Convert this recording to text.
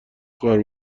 خواهر